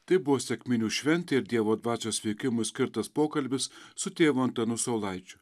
tai buvo sekminių šventė ir dievo dvasios veikimui skirtas pokalbis su tėvu antanu saulaičiu